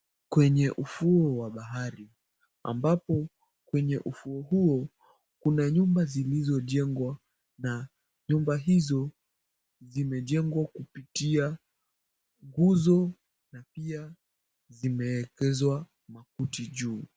Kwenye ufuo wa bahari, ambapo kwenye ufuo huo, kuna nyumba zilizojengwa na nyumba hizo zimejengwa kupitia nguzo na pia zimeekezwa makuti juu.